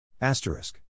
Asterisk